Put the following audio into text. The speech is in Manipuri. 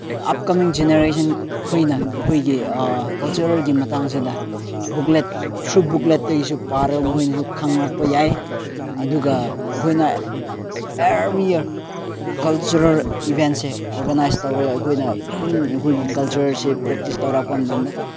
ꯑꯞꯀꯃꯤꯡ ꯖꯦꯅꯔꯦꯁꯟ ꯈꯣꯏꯅ ꯑꯩꯈꯣꯏꯒꯤ ꯀꯜꯆꯔꯦꯜꯒꯤ ꯃꯇꯥꯡꯁꯤꯗ ꯕꯨꯛꯂꯦꯠ ꯊ꯭ꯔꯨ ꯕꯨꯛꯂꯦꯠꯇꯒꯤꯁꯨ ꯄꯥꯔꯒ ꯃꯈꯣꯏꯅꯁꯨ ꯈꯪꯂꯛꯄ ꯌꯥꯏ ꯑꯗꯨꯒ ꯑꯩꯈꯣꯏꯅ every year cultural events organise ꯇꯧꯔꯒ ꯑꯩꯈꯣꯏꯅ ꯑꯗꯨꯝ ꯑꯩꯈꯣꯏꯒꯤ ꯀꯜꯆꯔꯁꯦ ꯄ꯭ꯔꯦꯛꯇꯤꯁ ꯇꯧꯔꯛꯄ ꯃꯇꯝꯗ